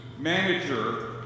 manager